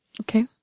Okay